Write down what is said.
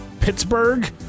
Pittsburgh